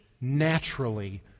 naturally